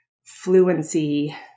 fluency